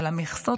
אבל המכסות,